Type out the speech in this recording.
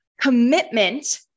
commitment